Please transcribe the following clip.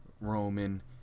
Roman